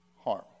harm